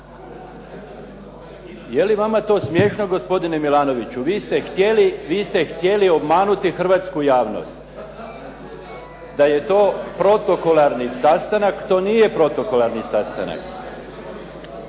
Je li vama to smiješno gospodine Milanoviću? Vi ste htjeli obmanuti hrvatsku javnost da je to protokolarni sastanak, to nije protokolarni sastanak.